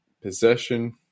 possession